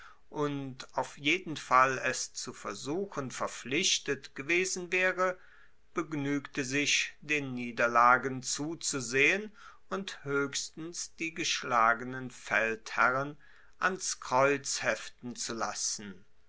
und auf jeden fall es zu versuchen verpflichtet gewesen waere begnuegte sich den niederlagen zuzusehen und hoechstens die geschlagenen feldherren ans kreuz heften zu lassen